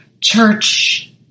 church